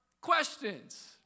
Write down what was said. questions